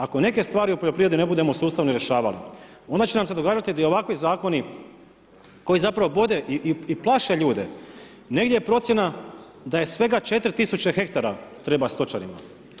Ako neke stvari u poljoprivredi ne budemo sustavno rješavali, onda će nam se događati da i ovakvi zakoni koji u stvari bode i plaše ljude, negdje je procjena da je svega 4000 hektara treba stočarima.